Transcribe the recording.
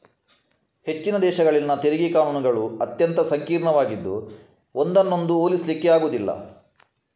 ಹೆಚ್ಚಿನ ದೇಶಗಳಲ್ಲಿನ ತೆರಿಗೆ ಕಾನೂನುಗಳು ಅತ್ಯಂತ ಸಂಕೀರ್ಣವಾಗಿದ್ದು ಒಂದನ್ನೊಂದು ಹೋಲಿಸ್ಲಿಕ್ಕೆ ಆಗುದಿಲ್ಲ